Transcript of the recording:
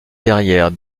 derrière